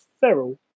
feral